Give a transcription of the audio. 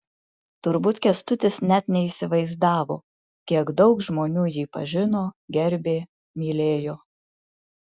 turbūt kęstutis net neįsivaizdavo kiek daug žmonių jį pažino gerbė mylėjo